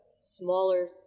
smaller